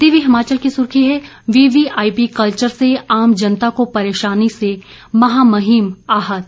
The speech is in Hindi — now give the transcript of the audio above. दिव्य हिमाचल की सुर्खी है वीवीआईपी कल्वर से आम जनता को परेशानी से महामहिम आहत